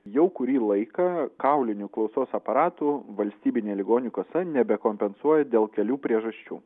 jau kurį laiką kaulinių klausos aparatų valstybinė ligonių kasa nebekompensuoja dėl kelių priežasčių